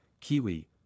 Kiwi